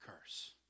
curse